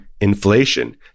inflation